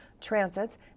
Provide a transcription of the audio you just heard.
transits